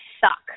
suck